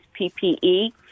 PPE